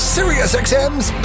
SiriusXM's